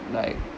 like